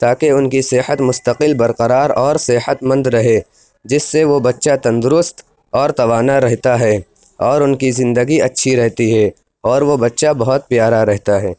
تاکہ ان کی صحت مستقل برقرار اور صحت مند رہے جس سے وہ بچہ تندرست اور توانا رہتا ہے اور ان کی زندگی اچھی رہتی ہے اور وہ بچہ بہت پیارا رہتا ہے